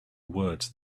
words